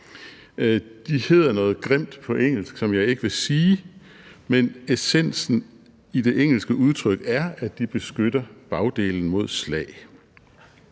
De hedder noget grimt på engelsk, som jeg ikke vil sige, men essensen i det engelske udtryk er, at de beskytter bagdelen mod slag.